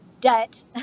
debt